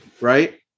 right